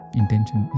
intention